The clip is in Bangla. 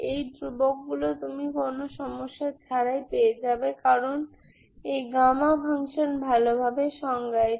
ওই ধ্রুবকগুলি তুমি কোন সমস্যা ছাড়াই পেয়ে যাবে কারণ এই গামা ফাংশানভালোভাবে সংজ্ঞায়িত